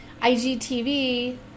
IGTV